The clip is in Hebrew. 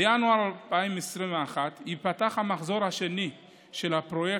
בינואר 2021 ייפתח המחזור השני של הפרויקט,